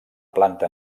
planta